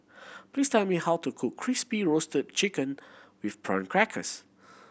please tell me how to cook Crispy Roasted Chicken with Prawn Crackers